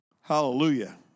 hallelujah